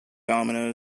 domino